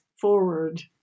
forward